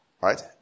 Right